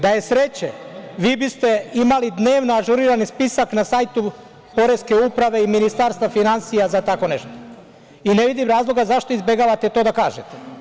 Da je sreće, vi biste imali dnevno ažurirani spisak na sajtu Poreske uprave i Ministarstva finansija za tako nešto i ne vidim razlog zašto izbegavate to da kažete.